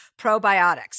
probiotics